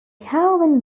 calvin